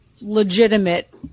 legitimate